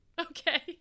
Okay